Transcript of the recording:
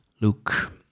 Luke